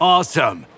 Awesome